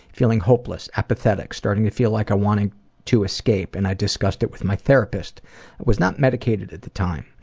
feeling hopeless, apathetic, starting to feel like i wanted to escape, and i discussed it with my therapist. i was not medicated at the time.